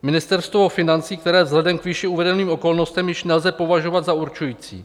Ministerstvo financí, které vzhledem k výše uvedeným okolnostem již nelze považovat za určující.